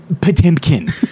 Potemkin